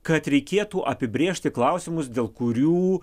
kad reikėtų apibrėžti klausimus dėl kurių